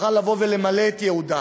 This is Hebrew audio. שתוכל לבוא ולמלא את ייעודה,